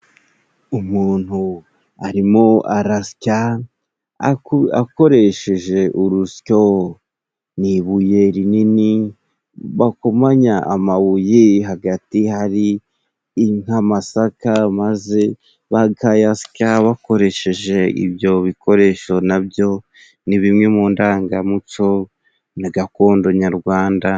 Umuntu arimo arasya akoresheje urusyo. Ni ibuye rinini bakomanya amabuye hagati hari nk'amasaka maze bakayasya bakoresheje ibyo bikoresho, nabyo ni bimwe mu ndangamuco na gakondo nyarwanda.